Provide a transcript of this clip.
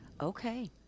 Okay